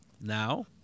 Now